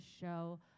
show